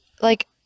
Like-